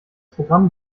programm